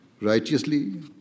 righteously